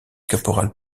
caporal